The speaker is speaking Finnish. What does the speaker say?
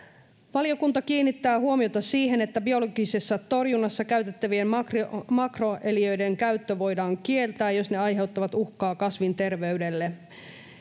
valiokunta kiinnittää huomiota siihen että biologisessa torjunnassa käytettävien makroeliöiden makroeliöiden käyttö voidaan kieltää jos ne aiheuttavat uhkaa kasvinterveydelle